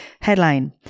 headline